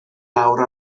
lawr